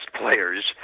players